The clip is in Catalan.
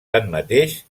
tanmateix